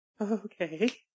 Okay